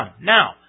Now